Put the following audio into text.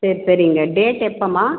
சேரி சரிங்க டேட் எப்போம்மா